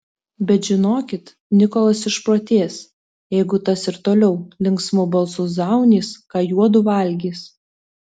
bet žinokit nikolas išprotės jeigu tas ir toliau linksmu balsu zaunys ką juodu valgys